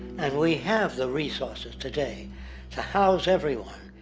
and we have the resources today to house everyone,